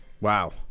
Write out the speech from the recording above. Wow